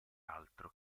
altro